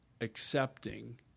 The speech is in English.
accepting